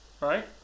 Right